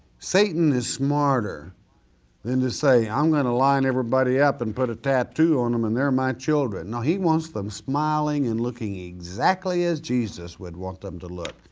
satan is smarter than to say, i'm gonna line everybody up and put a tattoo on them and they're my children. no he wants them smiling and looking exactly as jesus would want them to look.